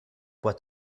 what